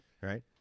right